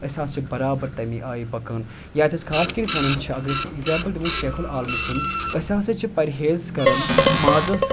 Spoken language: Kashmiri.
أسۍ ہَسا چھِ بَرابر تَمی آیہِ پَکان یَتھ أسۍ خاص کٔرِتھ وَنان چھِ اگر أسۍ اِٮ۪گزامپٕل دِمو شیخُ العالمہٕ سُنٛد أسۍ ہَسا چھِ پَرہیز کَران مازَس